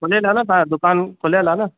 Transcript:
खुलियलु आहे न तव्हांजो दुकानु खुलियलु आहे न